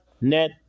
net